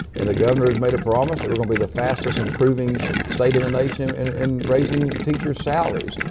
and the governor has made a promise that we're going to be the fastest improving state in the nation um and in raising teachers' salaries.